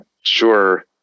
sure